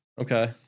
Okay